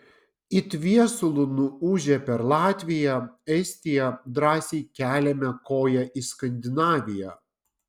it viesulu nuūžę per latviją estiją drąsiai keliame koją į skandinaviją